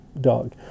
dog